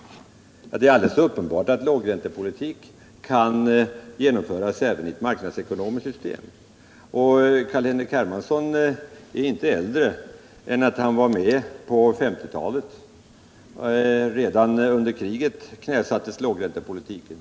Det är alldeles uppenbart att lågräntepolitik kan genomföras även i ett marknadsekonomiskt system. Carl-Henrik Hermansson är inte yngre än att han var med på 1950-talet, då sådan politik fördes, och redan under kriget knäsattes lågräntepolitiken.